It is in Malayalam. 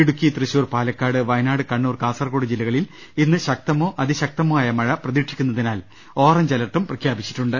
ഇടുക്കി തൃശൂർ പാലക്കാട് വയനാട് കണ്ണൂർ കാസർകോട് ജില്ലകളിൽ ഇന്ന് ശക്തമോ അതിശക്തമോ ആയ മഴ പ്രതീക്ഷിക്കുന്നതിനാൽ ഓറഞ്ച് അലർട്ടും പ്രഖ്യാപിച്ചിട്ടുണ്ട്